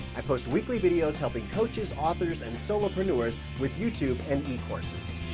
i post weekly videos, helping coaches, authors and solopreneurs with youtube and e-courses.